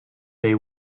they